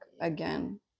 again